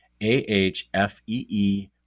A-H-F-E-E